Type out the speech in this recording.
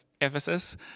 Ephesus